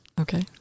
Okay